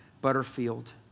Butterfield